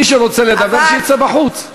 מי שרוצה לדבר, שיצא בחוץ.